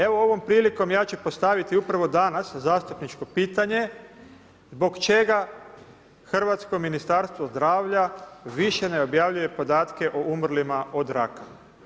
Evo ovom prilikom ja ću postaviti upravo danas zastupničko pitanje zbog čega hrvatsko Ministarstvo zdravlja više ne objavljuje podatke o umrlima od raka.